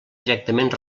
directament